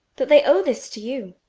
that they owe this to you.